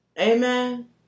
Amen